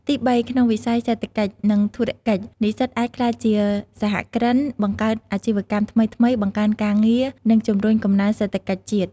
ទីបី ក្នុងវិស័យសេដ្ឋកិច្ច និងធុរកិច្ច និស្សិតអាចក្លាយជាសហគ្រិន បង្កើតអាជីវកម្មថ្មីៗ បង្កើនការងារ និងជំរុញកំណើនសេដ្ឋកិច្ចជាតិ។